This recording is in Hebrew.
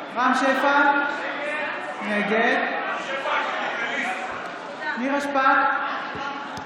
שפע, נגד נירה שפק,